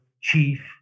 chief